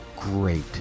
great